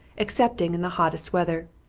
excepting in the hottest weather.